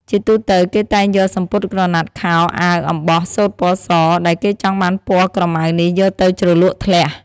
ជាទូទៅ គេតែងយកសំពត់ក្រណាត់ ខោ អាវ អំបោះ សូត្រពណ៌ស ដែលគេចង់បានពណ៌ក្រមៅនេះយកទៅជ្រលក់ធ្លះ។